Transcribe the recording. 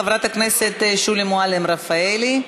חברת הכנסת שולי מועלם-רפאלי,